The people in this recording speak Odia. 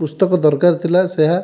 ପୁସ୍ତକ ଦରକାର ଥିଲା ସେହା